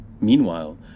Meanwhile